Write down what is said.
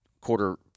quarter